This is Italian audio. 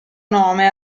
nome